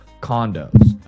condos